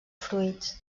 fruits